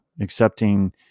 accepting